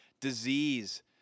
Disease